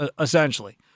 essentially